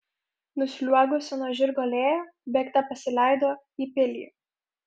nusliuogusi nuo žirgo lėja bėgte pasileido į pilį